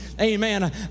Amen